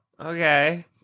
Okay